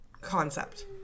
concept